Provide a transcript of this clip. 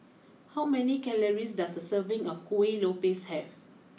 how many calories does a serving of Kuih Lopes have